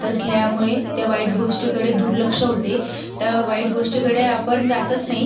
तर खेळामुळे त्या वाईट गोष्टीकडे दुर्लक्ष होते त्या वाईट गोष्टीकडे आपण जातच नाही